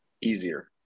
easier